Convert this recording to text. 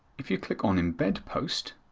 if you click on embed post,